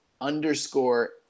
underscore